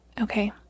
Okay